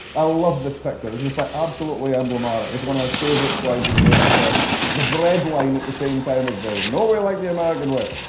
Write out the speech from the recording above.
i love this picture. it's like absolutely emblematic. it's one of my favorite slides of the great depression the bread line at the same time as the, no way like the american way.